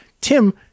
Tim